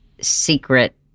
secret